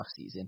offseason